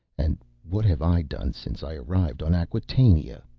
and what have i done since i arrived on acquatainia?